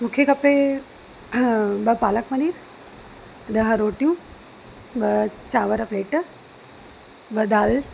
मूंखे खपे ॿ पालक पनीर ॾह रोटियूं ॿ चांवर प्लेट ॿ दाल